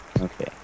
Okay